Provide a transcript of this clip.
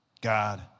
God